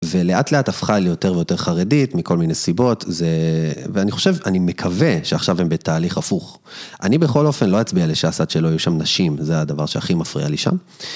ולאט לאט הפכה ליותר ויותר חרדית, מכל מיני סיבות, זה... ואני חושב, אני מקווה שעכשיו הם בתהליך הפוך. אני בכל אופן לא אצביע לש"ס עד שלא יהיו שם נשים, זה הדבר שהכי מפריע לי שם.